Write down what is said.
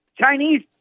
Chinese